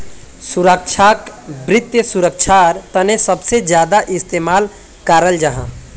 सुरक्षाक वित्त सुरक्षार तने सबसे ज्यादा इस्तेमाल कराल जाहा